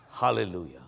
Hallelujah